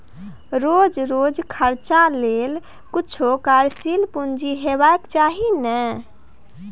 रोज रोजकेर खर्चा लेल किछु कार्यशील पूंजी हेबाक चाही ने